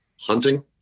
hunting